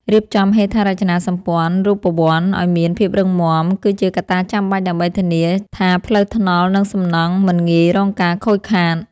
រៀបចំហេដ្ឋារចនាសម្ព័ន្ធរូបវន្តឱ្យមានភាពរឹងមាំគឺជាកត្តាចាំបាច់ដើម្បីធានាថាផ្លូវថ្នល់និងសំណង់មិនងាយរងការខូចខាត។